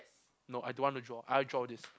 no I don't want to draw I draw this